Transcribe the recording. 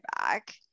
back